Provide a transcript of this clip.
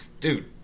dude